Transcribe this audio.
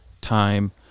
time